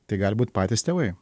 tai gali būt patys tėvai